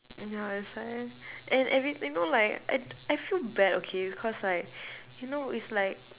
and ya that's why and every you know like I I feel bad okay cause like you know it's like